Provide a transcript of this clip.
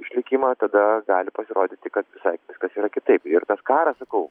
išliikimą tada gali pasirodyti kad visai kas yra kitaip ir tas karas sakau